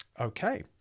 okay